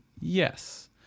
yes